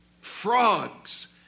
frogs